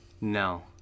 no